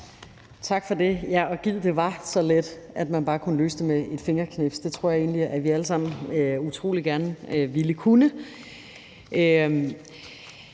Tak for det. Og ja, gid det var så let, at man bare kunne løse det med et fingerknips. Det tror jeg egentlig at vi alle sammen utrolig gerne ville kunne.